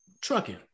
trucking